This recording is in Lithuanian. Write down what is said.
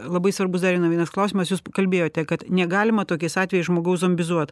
labai svarbus dar viena vienas klausimas jūs kalbėjote kad negalima tokiais atvejais žmogaus zombizuot